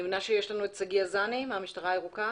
אני מבינה שיש לנו את המשטרה הירוקה,